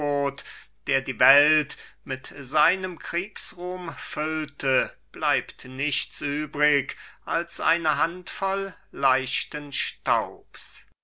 der die welt mit seinem kriegsruhm füllte bleibt nichts übrig als eine handvoll leichten staubs